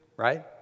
right